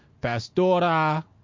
pastora